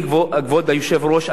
כבוד היושב-ראש,